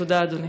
תודה, אדוני.